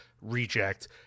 reject